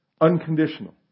unconditional